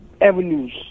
avenues